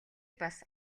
бас